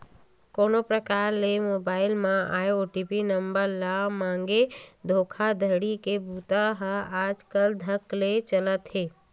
कोनो परकार ले मोबईल म आए ओ.टी.पी नंबर ल मांगके धोखाघड़ी के बूता ह आजकल धकल्ले ले चलत हे